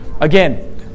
Again